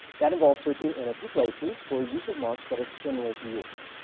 that involves searching in a few places for use of marks that are similar to yours.